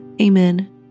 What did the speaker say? Amen